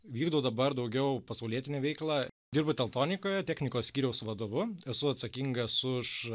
vykdau dabar daugiau pasaulietinę veiklą dirbu tektonikoje technikos skyriaus vadovu esu atsakingas už